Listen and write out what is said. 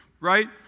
right